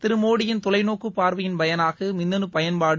திரு மோடியின் தொலைநோக்குப் பார்வையின் பயனாக மின்னனு பயன்பாடு